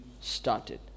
started